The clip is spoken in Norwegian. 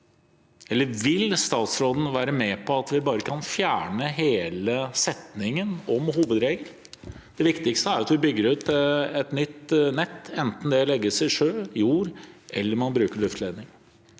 Vil statsråden være med på at vi bare kan fjerne hele setningen om hovedregel? Det viktigste er at vi bygger ut et nytt nett, enten det legges i sjø, i jord eller i luftledning.